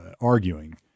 arguing